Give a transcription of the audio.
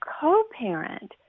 co-parent